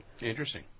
Interesting